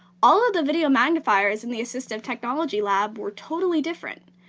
all of the video magnifiers in the assistive technology lab were totally different.